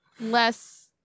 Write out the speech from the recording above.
less